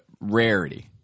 rarity